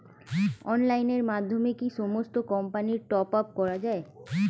অনলাইনের মাধ্যমে কি সমস্ত কোম্পানির টপ আপ করা যায়?